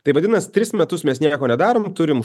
tai vadinasi tris metus mes nieko nedarom turim